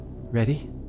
Ready